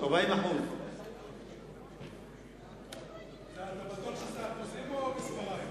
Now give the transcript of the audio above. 40%. אתה בטוח שזה אחוזים, או מספריים?